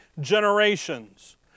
generations